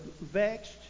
vexed